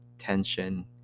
tension